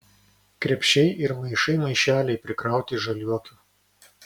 krepšiai ir maišai maišeliai prikrauti žaliuokių